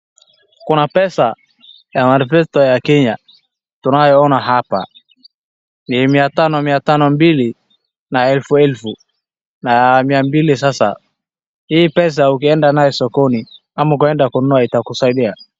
Kuna pesa ya Kenya tunayoona hapa ni mia tano mia tano mbili na elfu elfu na mia mbili sasa. Hii pesa ukienda nayo sokoni ama ukienda kununua itakusaidia.